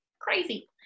Crazy